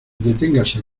deténgase